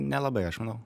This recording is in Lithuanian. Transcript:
nelabai aš manau